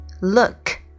Look